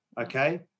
okay